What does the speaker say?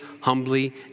humbly